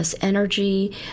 Energy